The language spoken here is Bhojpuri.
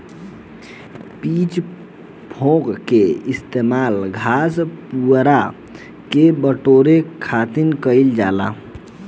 पिच फोर्क के इस्तेमाल घास, पुआरा के बटोरे खातिर कईल जाला